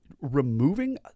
removing